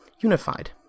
unified